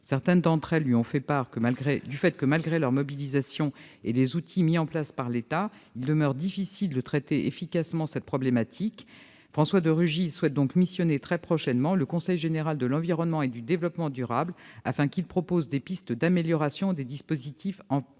Certaines d'entre elles lui font part du fait que, malgré leur mobilisation et les outils mis en place par l'État, il demeure difficile de traiter efficacement cette difficulté. François de Rugy souhaite donc missionner très prochainement le Conseil général de l'environnement et du développement durable, afin qu'il propose des pistes d'amélioration des dispositifs en place.